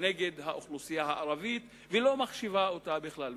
האוכלוסייה הערבית ולא מחשיבה אותה בכלל.